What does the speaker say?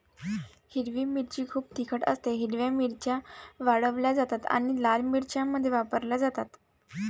हिरवी मिरची खूप तिखट असतेः हिरव्या मिरच्या वाळवल्या जातात आणि लाल मिरच्यांमध्ये वापरल्या जातात